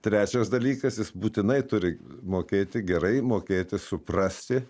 trečias dalykas jis būtinai turi mokėti gerai mokėti suprasti